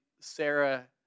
Sarah